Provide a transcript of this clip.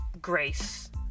grace